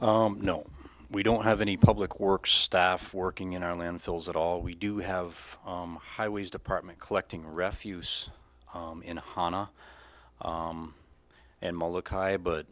but no we don't have any public works staff working in our landfills at all we do have highways department collecting refuse in hama and